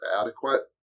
adequate